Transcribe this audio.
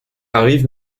arrive